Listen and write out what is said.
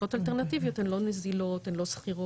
השקעות אלטרנטיביות הן לא נזילות, הן לא סחירות,